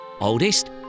Oldest